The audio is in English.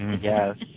yes